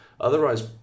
Otherwise